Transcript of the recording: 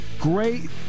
Great